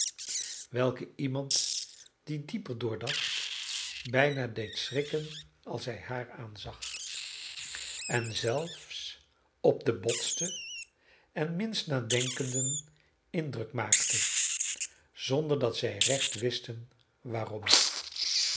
welke iemand die dieper doordacht bijna deed schrikken als hij haar aanzag en zelfs op de botsten en minst nadenkenden indruk maakte zonder dat zij recht wisten waarom